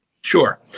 Sure